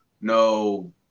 no